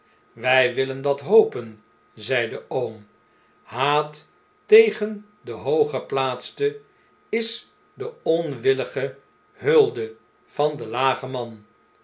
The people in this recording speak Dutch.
wij willen dat hopen zei de oom haat tegen den hooggeplaatste is de onwillige hulde van den lagen man